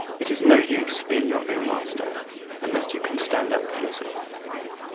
it is no use being your own master unless you can stand up for yourself.